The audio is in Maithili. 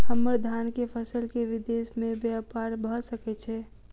हम्मर धान केँ फसल केँ विदेश मे ब्यपार भऽ सकै छै?